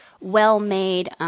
well-made